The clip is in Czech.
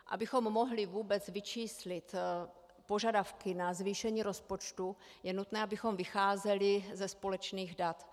Abychom mohli vůbec vyčíslit požadavky na zvýšení rozpočtu, je nutné, abychom vycházeli ze společných dat.